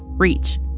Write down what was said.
reach.